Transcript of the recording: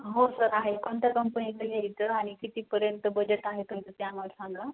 हो सर आहे कोणत्या कंपनीचं घ्यायचं आणि कितीपर्यंत बजेट आहे तुमचं ते आम्हाला सांगा